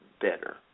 better